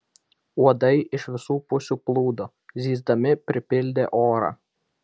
uodai iš visų pusių plūdo zyzdami pripildė orą